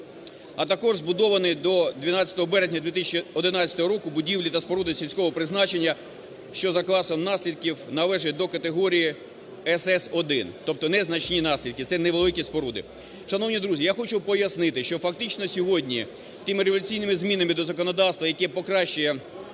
А також збудовані до 12 березня 2011 року будівлі та споруди сільського призначення, що за класом наслідків належать до категорії СС1. Тобто не значні наслідки, це невеликі споруди. Шановні друзі, я хочу пояснити, що фактично сьогодні тими революційними змінами до законодавства, яке покращує